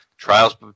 Trials